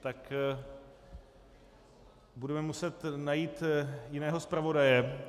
Tak budeme muset najít jiného zpravodaje.